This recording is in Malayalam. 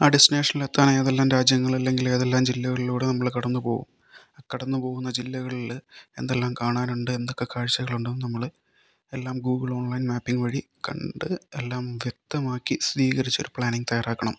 ആ ഡെസ്റ്റിനേഷനിൽ എത്താൻ ഏതെല്ലാം രാജ്യങ്ങള് അല്ലെങ്കിൽ ഏതെല്ലാം ജില്ലകളിലൂടെ നമ്മൾ കടന്നു പോകും ആ കടന്നു പോകുന്ന ജില്ലകളില് എന്തെല്ലാം കാണാനുണ്ട് എന്തൊക്കെ കാഴ്ച്ചകൾ ഉണ്ടെന്ന് നമ്മള് എല്ലാം ഗൂഗിൾ ഓൺലൈൻ മാപ്പിങ് വഴി കണ്ട് എല്ലാം വ്യക്തമാക്കി സ്ഥിരീകരിച്ച ഒരു പ്ലാനിങ് തയ്യാറാക്കണം